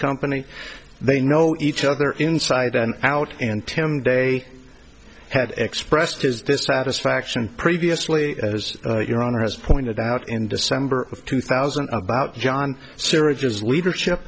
company they know each other inside and out and tim day had expressed his dissatisfaction previously as your own has pointed out in december of two thousand about john siri just leadership